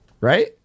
right